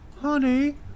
Honey